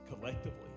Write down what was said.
collectively